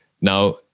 Now